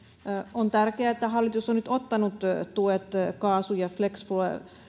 on tärkeää että hallitus on nyt ottanut tuet kaasu ja flexifuel